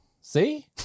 See